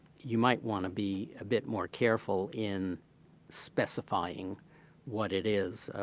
you might want to be a bit more careful in specifying what it is.